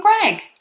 Greg